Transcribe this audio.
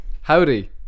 Howdy